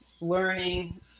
learning